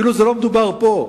כאילו לא מדובר על פה,